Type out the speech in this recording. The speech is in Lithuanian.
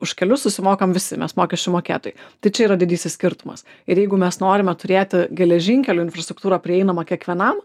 už kelius susimokam visi mes mokesčių mokėtojai tai čia yra didysis skirtumas ir jeigu mes norime turėti geležinkelių infrastruktūrą prieinamą kiekvienam